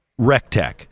Rectech